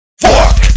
Fuck